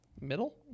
Middle